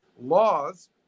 laws